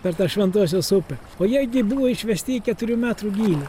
per tą šventosios upę o jie gi buvo išvesti į keturių metrų gylį